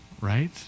right